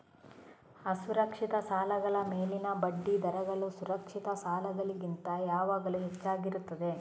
ಅಸುರಕ್ಷಿತ ಸಾಲಗಳ ಮೇಲಿನ ಬಡ್ಡಿ ದರಗಳು ಸುರಕ್ಷಿತ ಸಾಲಗಳಿಗಿಂತ ಯಾವಾಗಲೂ ಹೆಚ್ಚಾಗಿರುತ್ತದೆ